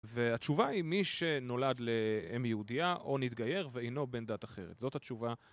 והתשובה היא מי שנולד לאם יהודיה או נתגייר ואינו בן דת אחרת. זאת התשובה.